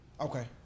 Okay